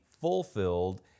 fulfilled